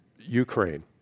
Ukraine